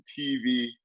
TV